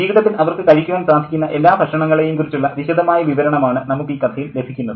ജീവിതത്തിൽ അവർക്ക് കഴിക്കുവാൻ സാധിക്കുന്ന എല്ലാ ഭക്ഷണങ്ങളെയും കുറിച്ചുള്ള വിശദമായ വിവരണം ആണ് നമുക്ക് ഈ കഥയിൽ ലഭിക്കുന്നത്